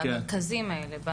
במרכזים האלה,